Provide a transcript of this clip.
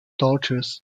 torches